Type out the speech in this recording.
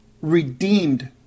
redeemed